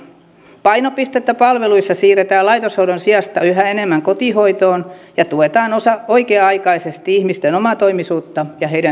painopistettä palveluissa siirretään laitoshoidon sijasta yhä enemmän kotihoitoon ja tuetaan oikea aikaisesti ihmisten omatoimisuutta ja heidän hyvinvointiaan